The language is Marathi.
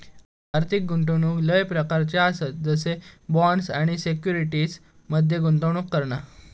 आर्थिक गुंतवणूक लय प्रकारच्ये आसत जसे की बॉण्ड्स आणि सिक्युरिटीज मध्ये गुंतवणूक करणा